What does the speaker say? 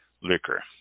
liquor